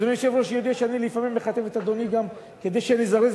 אדוני היושב-ראש יודע שלפעמים אני מכתב גם את אדוני כדי לזרז